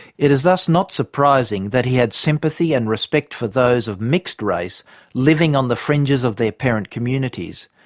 it is thus not surprising that he had sympathy and respect for those of mixed race living on the fringes of their parent communities.